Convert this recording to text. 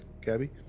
Gabby